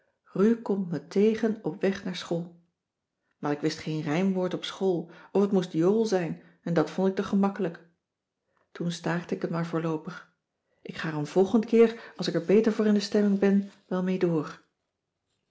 ru komt me tegen op weg naar school maar ik wist geen rijmwoord op school of het moest jool zijn en dat vond ik te gemakkelijk toen staakte ik het maar voorloopig ik ga er een volgend keer als ik er beter voor in de stemming ben wel mee door